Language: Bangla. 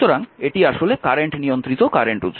সুতরাং এটি আসলে কারেন্ট নিয়ন্ত্রিত কারেন্ট উৎস